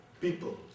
people